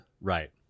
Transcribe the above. right